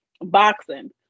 boxing